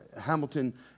Hamilton